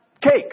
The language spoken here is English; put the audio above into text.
cake